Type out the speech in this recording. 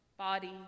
body